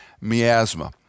miasma